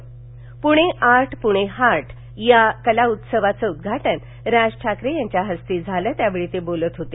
Pune art Pune heart या कलाउत्सवाचं उद्घाटन राज ठाकरे यांच्या हस्ते झालं त्यावेळाते बोलत होते